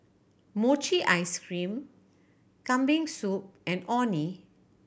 mochi ice cream Kambing Soup and Orh Nee